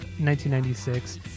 1996